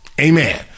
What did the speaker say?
Amen